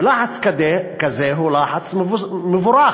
ולחץ כזה הוא לחץ מבורך.